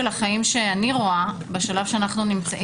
החיים שאני רואה בשלב שאנחנו נמצאים,